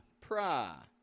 pra